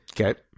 Okay